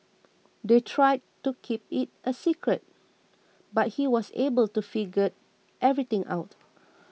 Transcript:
they tried to keep it a secret but he was able to figure everything out